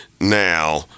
Now